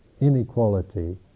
inequality